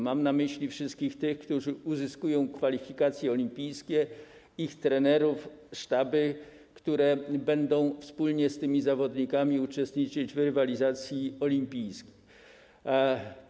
Mam na myśli wszystkich tych, którzy uzyskują kwalifikacje olimpijskie, ich trenerów, sztaby, które będą wspólnie z tymi zawodnikami uczestniczyć w rywalizacji olimpijskiej.